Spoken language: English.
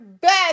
Best